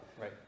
Right